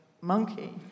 Monkey